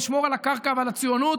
לשמור על הקרקע ועל הציונות,